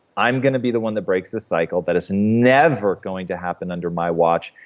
i'm gonna be the one that breaks the cycle. that is never going to happen under my watch.